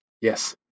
Yes